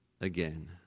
again